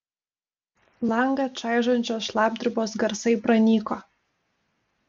langą čaižančios šlapdribos garsai pranyko